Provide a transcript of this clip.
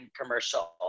commercial